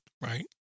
right